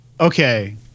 Okay